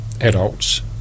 adults